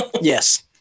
Yes